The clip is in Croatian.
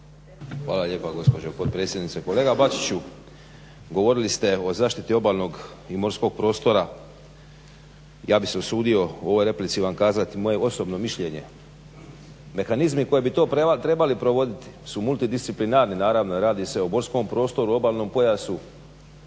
Hvala lijepa gospođo potpredsjednice. Kolega Bačiću, govorili ste o zaštiti obalnog i morskog prostora. Ja bih se usudio u ovoj replici vam kazati moje osobno mišljenje. Mehanizmi koji bi to trebali provoditi su multidisciplinarni naravno, jer radi se o morskom prostoru, obalnom pojasu.